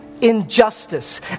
injustice